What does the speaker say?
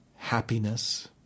happiness